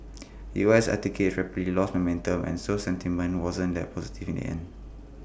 U S equities rapidly lost momentum and so sentiment wasn't that positive in the end